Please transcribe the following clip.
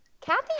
Kathy